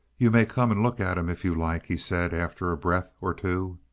you may come and look at him, if you like, he said, after a breath or two.